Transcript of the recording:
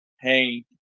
Hey